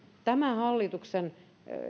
tämä hallituksen